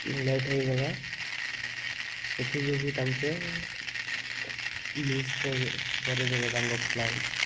late ହେଇଗଲା ସେଥିଯୋଗୁଁ ତାଙ୍କେ ମିସ୍ କରି କରିଦେଲେ ତାଙ୍କ ଫ୍ଲାଇଟ୍